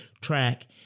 track